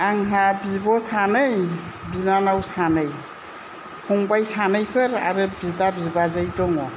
आंहा बिब' सानै बिनानाव सानै फंबाइ सानैफोर आरो बिदा बिबाजै दङ